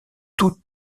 tout